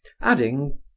adding